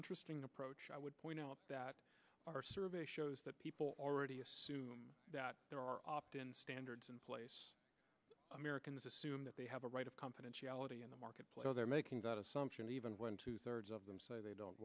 interesting approach i would point out that our survey shows that people already assume that there are opt in standards in place americans assume that they have a right of confidentiality in the marketplace so they're making that assumption even when two thirds of them say they don't